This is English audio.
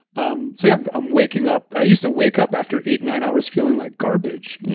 um so yeah, i'm waking up. i used to wake up after eight, nine hours feeling like garbage.